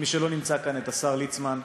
מי שלא נמצא כאן, השר ליצמן.